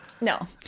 no